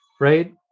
Right